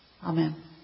Amen